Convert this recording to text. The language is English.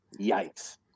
Yikes